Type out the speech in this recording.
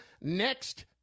Next